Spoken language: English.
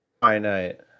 Finite